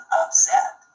upset